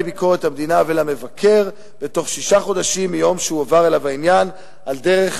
ביקורת המדינה ולמבקר בתוך שישה חודשים מיום שהועבר אליו העניין על דרך